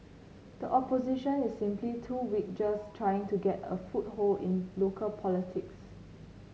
the Opposition is simply too weak just trying to get a foothold in local politics